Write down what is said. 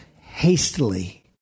hastily